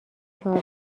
چهار